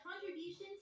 contributions